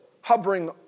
hovering